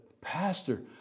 Pastor